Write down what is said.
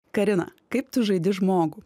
karina kaip tu žaidi žmogų